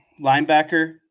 linebacker